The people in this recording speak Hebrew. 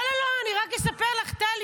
לא לא לא, אני רק אספר לך, טלי.